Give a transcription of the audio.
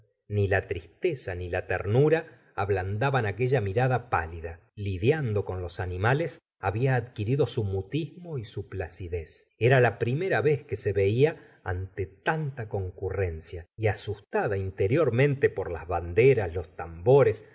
ni la tristeza ni la ternura ablandaban aquella mirada pálida lidiando con los animales había adquirido su mutismo y su placidez era la primera vez que se veía ante tanta ocurrencia y asustada interiormente por las banderas los tambores